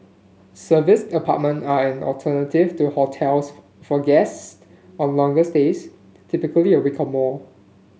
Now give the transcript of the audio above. serviced apartment are an alternative to hotels for guests on longer stays typically a week or more